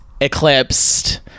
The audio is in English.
eclipsed